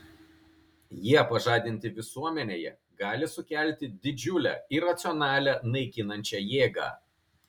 jie pažadinti visuomenėje gali sukelti didžiulę iracionalią naikinančią jėgą